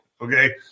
okay